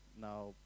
now